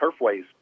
Turfway's